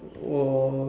oh